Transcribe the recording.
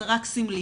זה רק סמלי.